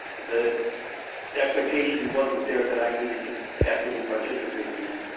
the the expectation wasn't there that i needed to actively participate in that.